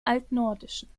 altnordischen